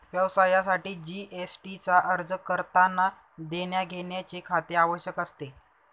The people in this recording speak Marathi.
व्यवसायासाठी जी.एस.टी चा अर्ज करतांना देण्याघेण्याचे खाते आवश्यक असते